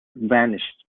vanished